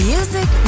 Music